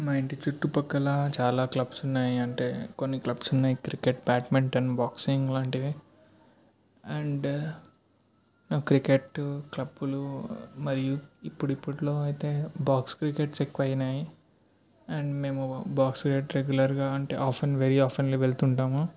మా ఇంటి చుట్టుపక్కల చాలా క్లబ్స్ ఉన్నాయి అంటే కొన్ని క్లబ్స్ ఉన్నాయి క్రికెట్ బ్యాడ్మింటన్ బాక్సింగ్ లాంటివి అండ్ క్రికెట్టు క్లబ్లు మరియు ఇప్పుడిప్పట్లో అయితే బాక్స్ క్రికెట్స్ ఎక్కువైనాయి అండ్ మేము బాక్స్ క్రికెట్ రెగ్యులర్గా అంటే ఆఫెన్ వెరీ ఆఫెన్లి వెళ్తు ఉంటాము